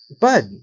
bud